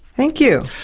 thank you.